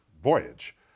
voyage